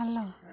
hello